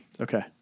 Okay